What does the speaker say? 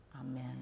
Amen